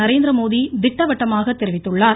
நரேந்திரமோடி திட்டவட்டமாக தெரிவித்துள்ளார்